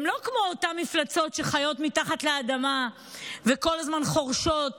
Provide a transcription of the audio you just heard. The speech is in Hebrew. הם לא כמו אותן מפלצות שחיות מתחת לאדמה וכל הזמן חורשות